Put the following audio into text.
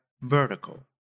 vertical